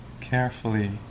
carefully